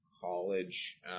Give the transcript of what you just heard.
college